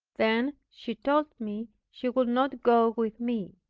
then she told me she would not go with me.